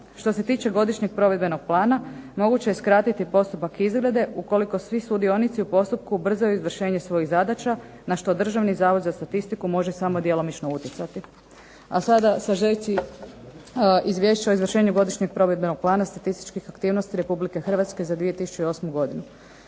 Što se tiče godišnjeg provedbenog plana moguće je skratiti postupak izrade, ukoliko svi sudionici u postupku ubrzaju izvršenje svojih zadaća, na što Državni zavod za statistiku može samo djelomično utjecati. A sada sažetci izvješća o izvršenju godišnjeg provedbenog plana statističkih aktivnosti Republike Hrvatske za 2008. godinu.